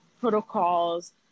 protocols